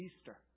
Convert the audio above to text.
Easter